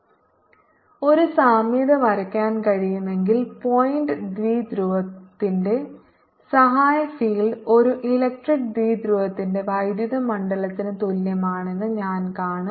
E0 So H ≡E ഇപ്പോൾ ഇവ രണ്ടും തമ്മിൽ ഒരു സാമ്യത വരയ്ക്കാൻ കഴിയുമെങ്കിൽ പോയിന്റ് ദ്വിധ്രുവത്തിന്റെ സഹായ ഫീൽഡ് ഒരു ഇലക്ട്രിക് ദ്വിധ്രുവത്തിന്റെ വൈദ്യുത മണ്ഡലത്തിന് തുല്യമാണെന്ന് ഞാൻ കാണും